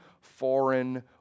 foreign